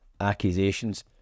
accusations